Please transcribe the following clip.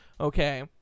Okay